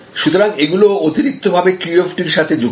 সুতরাং এগুলো অতিরিক্ত ভাবে QFD এর সঙ্গে যুক্ত